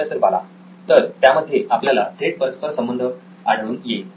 professor Bala तर त्यामध्ये आपल्याला थेट परस्पर संबंध आढळून येईल